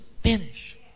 finish